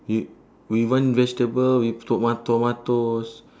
eat we want vegetable we toma~ tomatoes